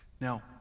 Now